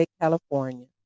California